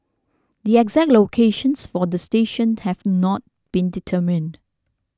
the exact locations for the station have not been determined